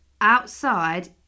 outside